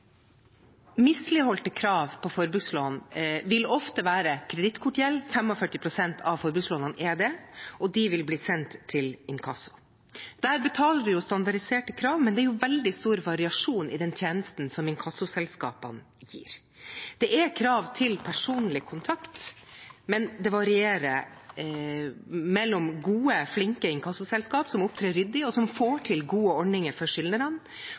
Misligholdte krav på forbrukslån vil ofte være kredittkortgjeld, 45 pst. av forbrukslånene er det, og de vil bli sendt til inkasso. Der betaler man standardiserte krav, men det er veldig stor variasjon i den tjenesten inkassoselskapene gir. Det er krav til personlig kontakt, men det varierer mellom gode, flinke inkassoselskap som opptrer ryddig, og som får til gode ordninger for